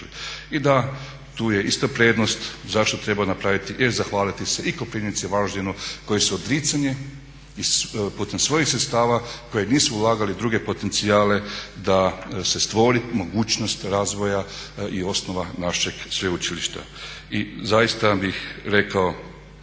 I da tu je isto prednost zašto treba napraviti, e zahvaliti se i Koprivnici, i Varaždinu koji su odricanje putem svojih sredstava koje nisu ulagali u druge potencijale da se stvori mogućnost razvoja i osnova našeg sveučilišta. I zaista bih rekao